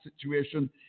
situation